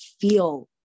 feel